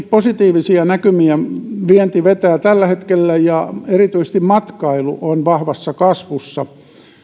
positiivisia näkymiä vienti vetää tällä hetkellä ja erityisesti matkailu on vahvassa kasvussa